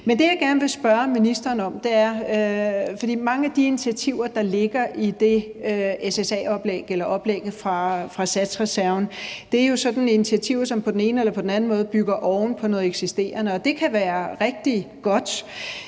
Men når jeg gerne vil spørge ministeren om noget, er det, fordi mange af de initiativer, der ligger i det SSA-oplæg, eller oplægget fra satsreserven, jo er sådan nogle initiativer, som på den ene eller den anden måde bygger oven på noget eksisterende, og det kan være rigtig godt.